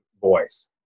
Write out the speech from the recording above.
voice